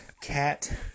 cat